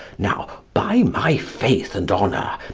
now, by my faith and honour,